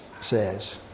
says